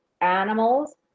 animals